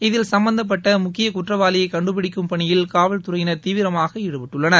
இதில் சும்பந்தப்பட்ட முக்கிய குற்றவாளியை கண்டுபிடிக்கும் பணியில் காவல்துறையினர் தீவிரமாக ஈடுபட்டுள்ளனர்